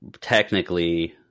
technically